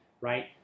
right